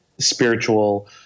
spiritual